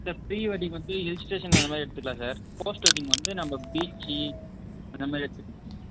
sir pre wedding வந்து hill station அந்தமாதிரி எடுத்துக்கலாம் சார் போஸ்ட் வெட்டிங் வந்து நம்ம பீச்சி இந்தமாதிரி எடுத்துக்கலாம்